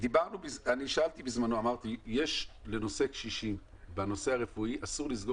אני שאלתי בזמנו ואמרתי שלנושא הקשישים בנושא הרפואי אסור לסגור